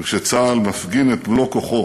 וכשצה"ל מפגין את מלוא כוחו